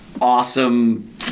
awesome